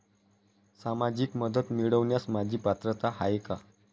सामाजिक मदत मिळवण्यास माझी पात्रता आहे का?